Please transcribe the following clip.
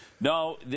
No